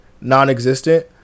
non-existent